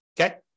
okay